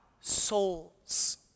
souls